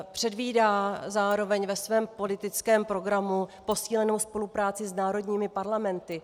Předvídá zároveň ve svém politickém programu posílenou spolupráci s národními parlamenty.